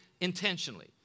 intentionally